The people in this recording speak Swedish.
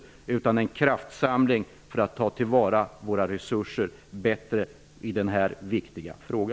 Det behövs en kraftsamling för att vi skall kunna ta till vara våra resurser bättre i denna viktiga fråga.